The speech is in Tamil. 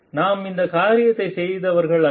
நாம் இந்த காரியத்தைச் செய்தவர்கள் அல்ல